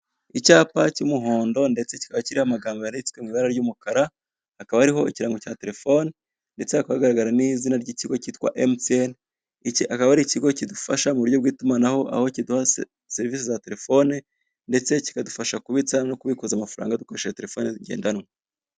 Icyapa cy'umuhondo ndetse kikaba kiriho amagambo yanditse mu ibara ry'umukara, hakaba hariho ikirango cya telefone, ndetse hakaba hagaragara n'izina ry'ikigo cya MTN, akaba ari ikigo kidufasha mu itumanaho, aho kiduha serivise za telefone ndetse kikadufasha kubutsa no kubikuza amafaranga dukoresheje telefone zigwndanwa.